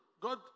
God